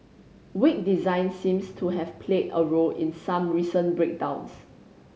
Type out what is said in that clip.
weak design seems to have played a role in some recent breakdowns